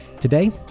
Today